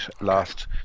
last